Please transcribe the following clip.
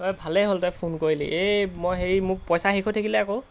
হয় ভালেই হ'ল তাই ফোন কৰিলি এই মই হেৰি মোক পইচা শেষ হৈ থাকিলে আকৌ